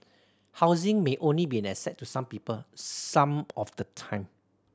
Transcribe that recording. housing may only be an asset to some people some of the time